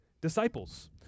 disciples